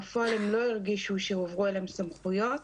בפועל הם לא הרגישו שהועברו אליהם סמכויות.